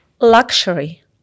Luxury